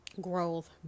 growth